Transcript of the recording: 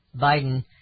Biden